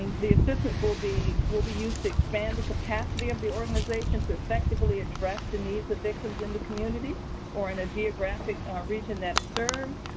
the assistance will be will be used to expand the capacity of the organization to effectively address the needs of victims in the community or in a geographic region that it serves.